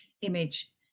image